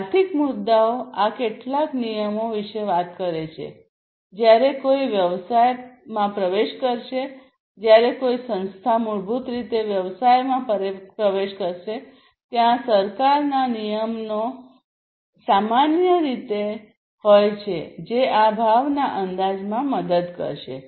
આર્થિક મુદ્દાઓ આ કેટલાક નિયમો વિશે વાત કરે છે જ્યારે કોઈ વ્યવસાય પ્રવેશ કરશે જ્યારે કોઈ સંસ્થા મૂળભૂત રીતે વ્યવસાયમાં પ્રવેશ કરશે ત્યાં સરકારના નિયમનો સામાન્ય રીતે હોય છે જે આ ભાવના અંદાજમાં મદદ કરશે